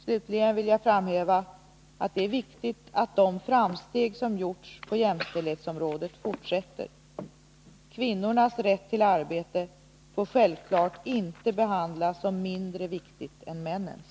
Slutligen vill jag framhäva att det är viktigt att de framsteg som gjorts på jämställdhetsområdet fortsätter. Kvinnornas rätt till arbete får självklart inte behandlas som mindre viktigt än männens.